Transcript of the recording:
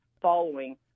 following